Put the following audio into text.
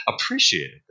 appreciated